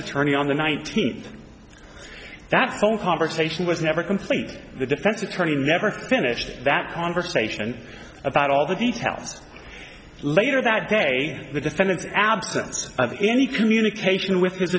attorney on the nineteenth that phone conversation was never complete the defense attorney never finished that conversation about all the details later that day the defendant's absence of any communication with his